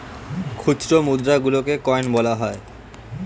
খুচরো মুদ্রা গুলোকে কয়েন বলা হয়